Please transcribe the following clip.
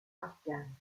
afghans